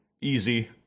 easy